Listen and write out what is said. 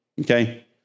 Okay